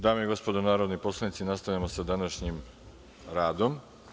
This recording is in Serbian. Dame i gospodo narodni poslanici, nastavljamo sa današnjim radom.